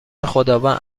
خداوند